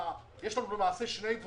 דבר אחד, שיהיה מנהל לאתר הרשב"י.